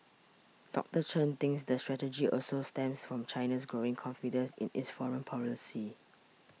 Doctor Chen thinks the strategy also stems from China's growing confidence in its foreign policy